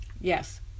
yes